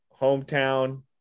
hometown